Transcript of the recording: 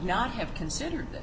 not have considered th